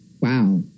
Wow